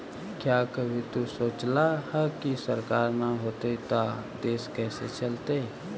क्या कभी तु सोचला है, की सरकार ना होतई ता देश कैसे चलतइ